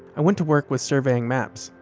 i went to work with surveying maps.